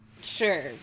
Sure